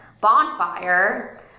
bonfire